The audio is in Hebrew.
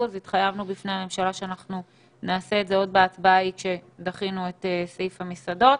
התחייבנו בפני הממשלה שנעשה זאת עוד כשדחינו את סעיף המסעדות.